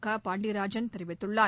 கபாண்டியராஜன் தெரிவித்துள்ளார்